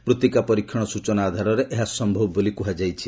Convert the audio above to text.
ମୃତ୍ତିକା ପରୀକ୍ଷଣ ସୂଚନା ଆଧାରରେ ଏହା ସମ୍ଭବ ବୋଲି କୁହାଯାଇଛି